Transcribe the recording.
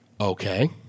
okay